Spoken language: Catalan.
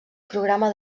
programa